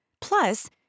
Plus